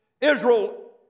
Israel